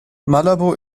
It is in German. malabo